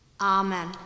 amen